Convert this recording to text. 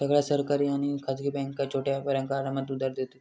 सगळ्या सरकारी आणि खासगी बॅन्का छोट्या व्यापारांका आरामात उधार देतत